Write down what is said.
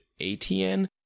ATN